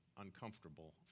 uncomfortable